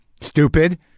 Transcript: stupid